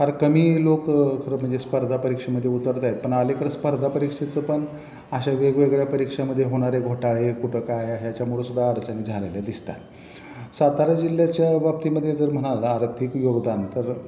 फार कमी लोक खरं म्हणजे स्पर्धा परीक्षेमध्ये उतरत आहेत पण अलिकडं स्पर्धापरीक्षेचं पण अशा वेगवेगळ्या परीक्षामध्ये होणारे घोटाळे कुठं काय ह्याच्यामुळं सुद्धा अडचणी झालेल्या दिसत आहेत सातारा जिल्ह्याच्या बाबतीमध्ये जर म्हणाल आर्थिक योगदान तर